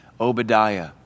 Obadiah